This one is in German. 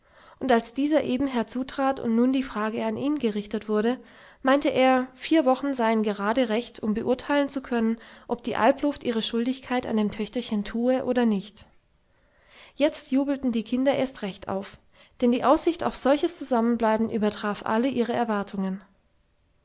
und als dieser eben herzutrat und nun die frage an ihn gerichtet wurde meinte er vier wochen seien gerade recht um beurteilen zu können ob die alpluft ihre schuldigkeit an dem töchterchen tue oder nicht jetzt jubelten die kinder erst recht auf denn die aussicht auf solches zusammenbleiben übertraf alle ihre erwartungen